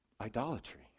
idolatry